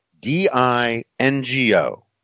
d-i-n-g-o